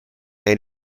and